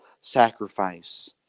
sacrifice